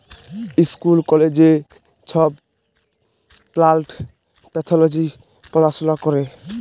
school কলেজে ছব plant pathology পড়াশুলা ক্যরে